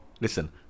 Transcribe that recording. Listen